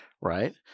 Right